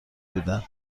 بودن